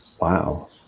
Wow